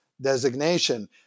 designation